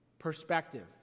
perspective